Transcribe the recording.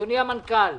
אדוני המנכ"ל,